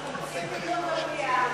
אנחנו רוצים דיון במליאה.